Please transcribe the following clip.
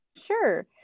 Sure